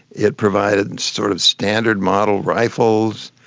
it provided and sort of standard model rifles,